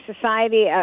society